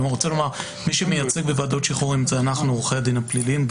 מי שמייצג בוועדות שחרורים זה אנחנו עורכי הדין הפליליים.